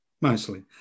Mostly